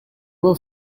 were